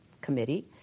committee